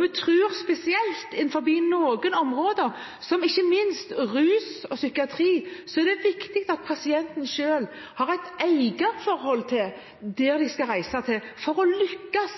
Vi tror at spesielt innenfor noen områder, ikke minst rus og psykiatri, er det viktig at pasienten selv har et eierforhold til hva de skal reise til for å lykkes